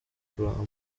kuramba